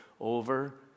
over